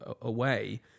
away